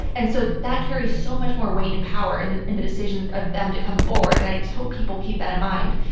and so that carries so much more weight and power in in the decision of them to come forward, and i just hope people keep that in mind.